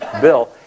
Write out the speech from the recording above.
Bill